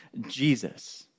Jesus